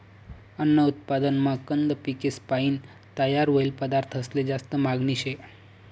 अन्न उत्पादनमा कंद पिकेसपायीन तयार व्हयेल पदार्थंसले जास्ती मागनी शे